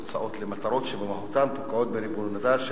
הוצאות למטרות שבמהותן פוגעות בריבונותה של